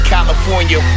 California